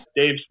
Dave